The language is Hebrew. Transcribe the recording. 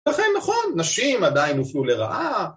לכן נכון, נשים עדיין הופלו לרעה